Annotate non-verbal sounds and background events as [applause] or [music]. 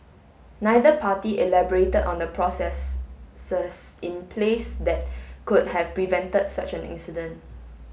neither party elaborated on the process [unintelligible] in place that could have prevented such an incident